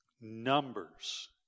numbers